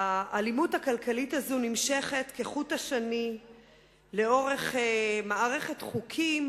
האלימות הכלכלית הזאת נמשכת כחוט השני לאורך מערכת חוקים